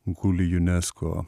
guli junesko